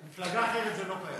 זה, אצלה, במפלגה אחרת זה לא קיים.